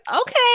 okay